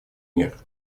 мер